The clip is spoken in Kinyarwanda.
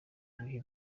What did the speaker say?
ibihe